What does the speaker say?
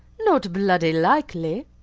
not bloody likely.